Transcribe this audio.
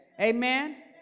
Amen